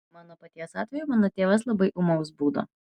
mano paties atveju mano tėvas labai ūmaus būdo